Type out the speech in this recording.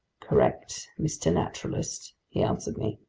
correct, mr. naturalist, he answered me,